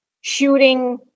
shooting